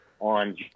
on